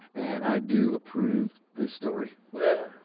and i do approve this story well.